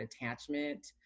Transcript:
attachment